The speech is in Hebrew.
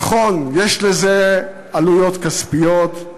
נכון, יש לזה עלויות כספיות.